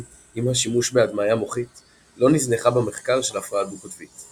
עם השימוש בהדמיה מוחית לא נזנחה במחקר של הפרעה דו-קוטבית.